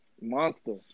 monster